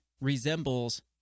resembles